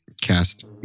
cast